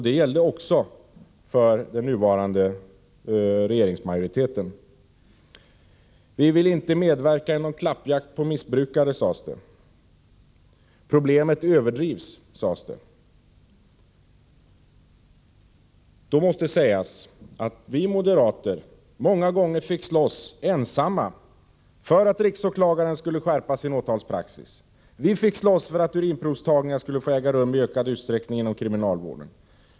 Det gällde också för den nuvarande regeringsmajoriteten. Vi vill inte medverka i någon klappjakt på missbrukare, sades det. Problemet överdrivs, sades det. Då måste sägas att vi moderater många gånger fick slåss ensamma för att riksåklagaren skulle skärpa sin åtalspraxis. Vi fick slåss för att urinprovstagningar skulle få äga rum i ökad utsträckning inom kriminalvården.